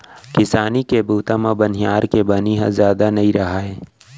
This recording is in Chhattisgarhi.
किसानी के बूता म बनिहार के बनी ह जादा नइ राहय